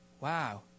Wow